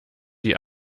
die